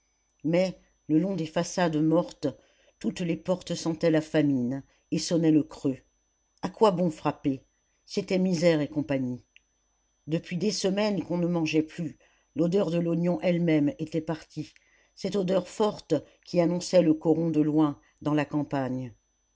mais le long des façades mortes toutes les portes sentaient la famine et sonnaient le creux a quoi bon frapper c'était misère et compagnie depuis des semaines qu'on ne mangeait plus l'odeur de l'oignon elle-même était partie cette odeur forte qui annonçait le coron de loin dans la campagne